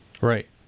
right